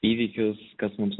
įvykius kas mums